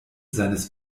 seines